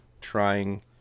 trying